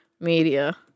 media